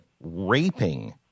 raping